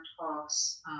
talks